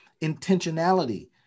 intentionality